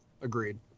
Agreed